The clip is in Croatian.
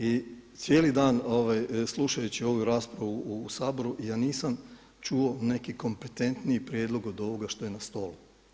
I cijeli dan slušajući ovu raspravu u Saboru ja nisam čuo neki kompetentniji prijedlog od ovoga što je na stolu.